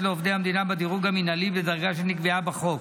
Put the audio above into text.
לעובדי המדינה בדירוג המינהלי בדרגה שנקבעה בחוק.